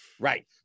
Right